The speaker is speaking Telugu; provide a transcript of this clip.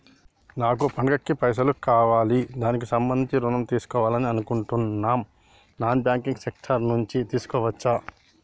నాకు పండగ కి పైసలు కావాలి దానికి సంబంధించి ఋణం తీసుకోవాలని అనుకుంటున్నం నాన్ బ్యాంకింగ్ సెక్టార్ నుంచి తీసుకోవచ్చా?